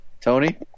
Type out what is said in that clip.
Tony